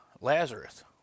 Lazarus